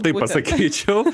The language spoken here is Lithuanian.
taip pasakyčiau